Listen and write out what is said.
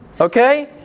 Okay